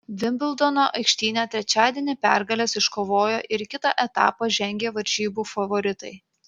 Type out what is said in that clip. vimbldono aikštyne trečiadienį pergales iškovojo ir į kitą etapą žengė varžybų favoritai